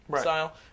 style